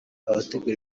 abategura